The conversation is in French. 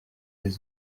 les